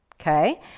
okay